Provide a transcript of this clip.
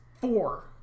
four